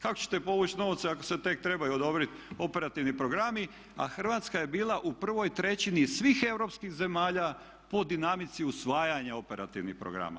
Kako ćete povući novce ako se tek trebaju odobriti operativni programi, a Hrvatska je bila u prvoj trećini svih europskih zemalja po dinamici usvajanja operativnih programa.